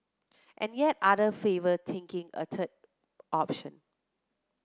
and yet other favour taking a third option